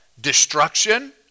destruction